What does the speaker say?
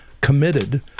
committed